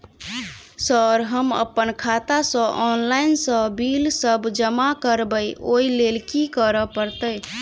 Sir हम अप्पन खाता सऽ ऑनलाइन सऽ बिल सब जमा करबैई ओई लैल की करऽ परतै?